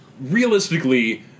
realistically